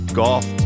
golf